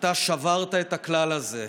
אתה שברת את הכלל הזה.